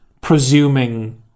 presuming